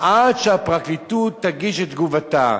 עד שהפרקליטות תגיש את תגובתה.